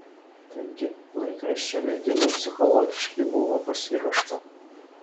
taigi laikraščio leidimui psichologiškai buvo pasiruošta